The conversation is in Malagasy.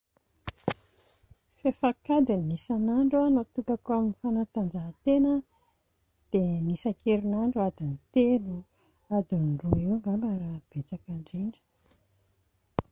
Fahefankadiny isan'andro no hatokako ho an'ny fanatanjahantena dia ny isan-kerinandro adiny telo adiny roa eo angamba raha betsaka indrindra